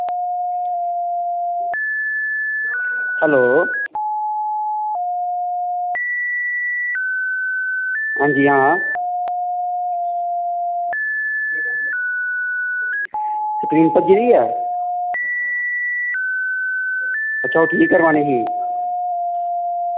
hello अंजी आं screen भज्जी दी ऐ अच्छा ओह् ठीक करवानी ही